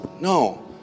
No